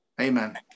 Amen